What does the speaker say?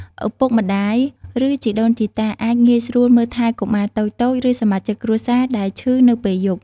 ឪពុកម្តាយ ឬជីដូនជីតាអាចងាយស្រួលមើលថែកុមារតូចៗ ឬសមាជិកគ្រួសារដែលឈឺនៅពេលយប់។